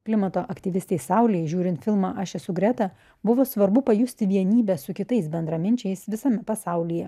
klimato aktyvistei saulei žiūrint filmą aš esu greta buvo svarbu pajusti vienybę su kitais bendraminčiais visame pasaulyje